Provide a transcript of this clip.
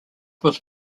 was